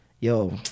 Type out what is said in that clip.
Yo